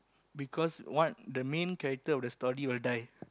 because what the main character of the story will die